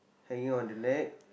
hanging on the neck